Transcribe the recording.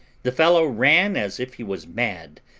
the fellow ran as if he was mad,